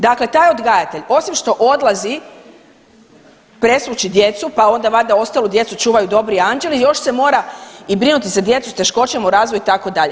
Dakle taj odgajatelj, osim što odlazi presvući djecu, pa onda valjda ostalu djecu čuvaju dobri anđeli, još se mora i brinuti za djecu s teškoćama u razvoju, itd.